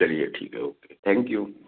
चलिए ठीक है ओके थैंक यू